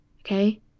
Okay